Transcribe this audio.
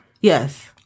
Yes